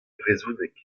brezhoneg